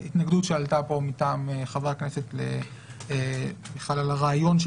התנגדות שעלתה כאן מטעם חברי הכנסת על הרעיון של